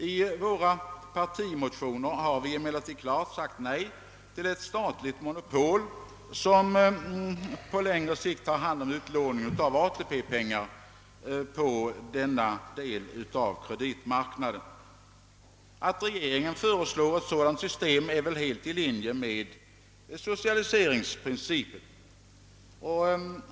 I våra pårtimotioner har vi emellertid klart sagt nej till att ett statligt monopol på längre sikt tar hand om utlåningen av AP-pengar på denna del av kreditmarknaden. Att regeringen före slår ett sådant system är väl helt i linje med = socialiseringsprincipen.